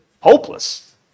hopeless